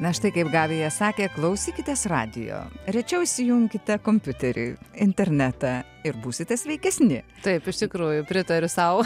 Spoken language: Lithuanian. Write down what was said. na štai kaip gabija sakė klausykitės radijo rečiau įsijunkite kompiuterį internetą ir būsite sveikesni taip iš tikrųjų pritariu sau